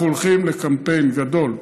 אנחנו הולכים לקמפיין גדול,